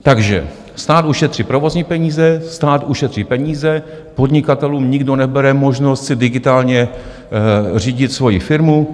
Takže stát ušetří provozní peníze, stát ušetří peníze, podnikatelům nikdo nebere možnost si digitálně řídit svoji firmu.